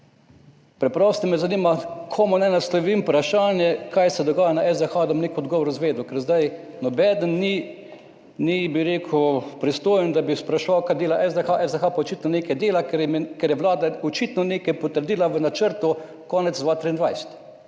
Preprosto me zanima, na koga naj naslovim vprašanje, kaj se dogaja na SDH, da bom nek odgovor izvedel. Ker zdaj nihče ni, bi rekel, pristojen, da bi ga spraševal, kaj dela SDH, SDH pa očitno nekaj dela, ker je Vlada očitno nekaj potrdila v načrtu konec 2023.